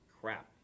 crap